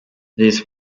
this